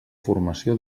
formació